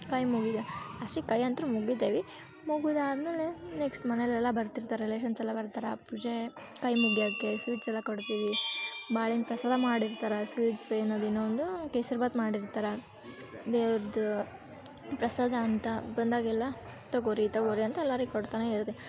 ಕೈ ಮುಗಿದೆ ಲಾಸ್ಟಿಗೆ ಕೈ ಅಂತೂ ಮುಗಿದೇವು ಮುಗಿದಾದ್ಮೇಲೆ ನೆಕ್ಸ್ಟ್ ಮನೆಯಲ್ಲೆಲ್ಲ ಬರ್ತಿರ್ತಾರೆ ರಿಲೇಶನ್ಸ್ ಎಲ್ಲ ಬರ್ತಾರೆ ಪೂಜೆ ಕೈ ಮುಗ್ಯಕ್ಕೆ ಸ್ವೀಟ್ಸ್ ಎಲ್ಲ ಕೊಡ್ತೀವಿ ಬಾಳೆಹಣ್ ಪ್ರಸಾದ ಮಾಡಿರ್ತಾರೆ ಸ್ವೀಟ್ಸ್ ಏನದೆ ಇನ್ನೊಂದು ಕೇಸರಿ ಭಾತ್ ಮಾಡಿರ್ತಾರೆ ದೇವ್ರ್ದು ಪ್ರಸಾದ ಅಂತ ಬಂದಾಗೆಲ್ಲ ತಗೋರಿ ತಗೋರಿ ಅಂತ ಎಲ್ಲಾರಿಗೆ ಕೊಡ್ತಲೇ ಇರ್ತಿ